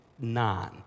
nine